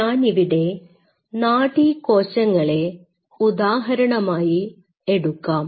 ഞാനിവിടെ നാഡീകോശങ്ങളെ ഉദാഹരണമായി എടുക്കാം